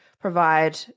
provide